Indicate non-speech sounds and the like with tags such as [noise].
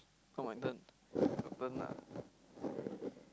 come my turn [noise] your turn ah